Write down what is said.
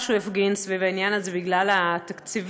שהוא הפגין סביב העניין הזה בגלל התקציבים.